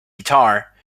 guitar